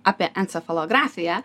apie encefalografiją